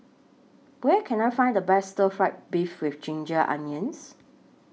Where Can I Find The Best Stir Fry Beef with Ginger Onions